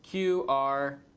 q, r.